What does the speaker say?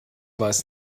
weiß